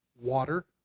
Water